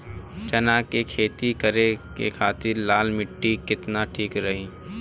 चना के खेती करे के खातिर लाल मिट्टी केतना ठीक रही?